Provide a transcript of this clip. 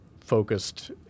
focused